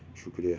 شُکریہ